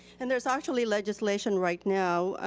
and there's actually legislation right now,